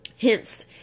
Hence